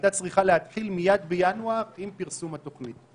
הייתה צריכה להתחיל מיד בינואר עם פרסום התוכנית.